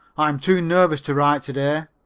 i am too nervous to write to-day.